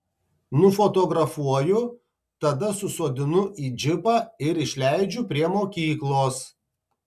nufotografuoju tada susodinu į džipą ir išleidžiu prie mokyklos